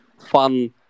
fun